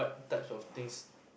types of things